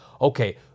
okay